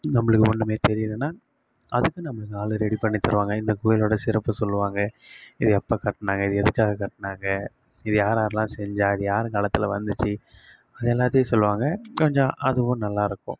நம்மளுக்கு ஒன்றுமே தெரியலன்னா அதுக்கு நமக்கு ஆள் ரெடி பண்ணி தருவாங்க இந்த கோயிலோட சிறப்பு சொல்லுவாங்க இதை எப்போ கட்டிணாங்க இதை எதுக்காக கட்டிணாங்க இது யார் யார் எல்லாம் செஞ்சா இது யார் காலத்தில் வந்துச்சு எல்லாத்தையும் சொல்லுவாங்க கொஞ்சம் அதுவும் நல்லா இருக்கும்